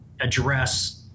address